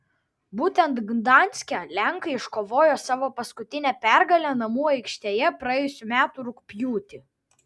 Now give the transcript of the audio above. būtent gdanske lenkai iškovojo savo paskutinę pergalę namų aikštėje praėjusių metų rugpjūtį